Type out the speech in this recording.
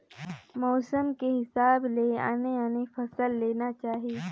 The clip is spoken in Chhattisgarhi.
मउसम के हिसाब ले आने आने फसल लेना चाही